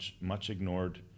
much-ignored